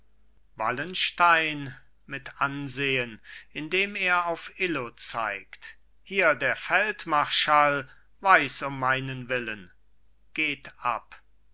wallenstein mit ansehen indem er auf illo zeigt hier der feldmarschall weiß um meinen willen geht ab